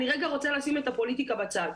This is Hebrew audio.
אני רגע רוצה לשים את הפוליטיקה בצד.